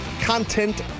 content